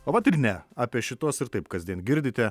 o vat ir ne apie šituos ir taip kasdien girdite